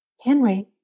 Henry